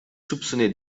soupçonné